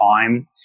time